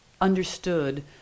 understood